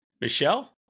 Michelle